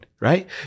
Right